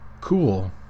cool